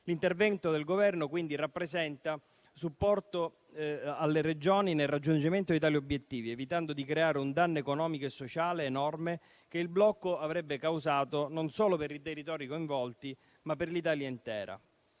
L'intervento del Governo quindi rappresenta un supporto alle Regioni nel raggiungimento di tali obiettivi, evitando di creare un danno economico e sociale enorme, che il blocco avrebbe causato non solo per i territori coinvolti, ma per l'Italia intera.